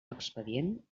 expedient